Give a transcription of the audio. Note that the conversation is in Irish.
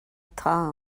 atá